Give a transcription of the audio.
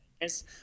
yes